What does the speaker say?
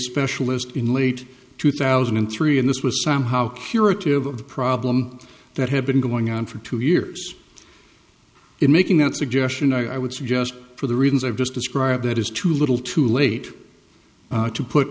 specialist in late two thousand and three and this was somehow curative of the problem that had been going on for two years in making that suggestion i would suggest for the reasons i've just described that is too little too late to put